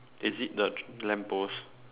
is it the lamp post